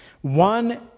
One